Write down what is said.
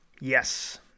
Yes